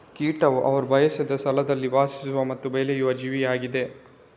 ಕೀಟವು ಅವರು ಬಯಸದ ಸ್ಥಳದಲ್ಲಿ ವಾಸಿಸುವ ಮತ್ತು ಬೆಳೆಯುವ ಜೀವಿಯಾಗಿದೆ